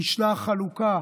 נשלחה חלוקה